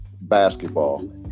basketball